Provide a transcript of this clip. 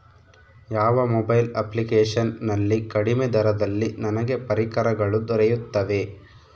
ಯಾವ mobile application ನಲ್ಲಿ ಕಡಿಮೆ ದರದಲ್ಲಿ ನನಗೆ ಪರಿಕರಗಳು ದೊರೆಯುತ್ತವೆ?